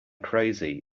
crazy